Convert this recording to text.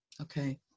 okay